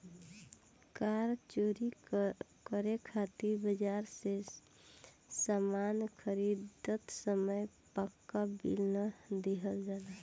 कार चोरी करे खातिर बाजार से सामान खरीदत समय पाक्का बिल ना लिहल जाला